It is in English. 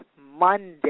Monday